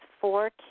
four